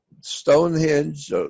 Stonehenge